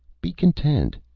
be content.